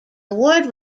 award